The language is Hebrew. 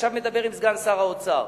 שעכשיו מדבר עם סגן שר האוצר,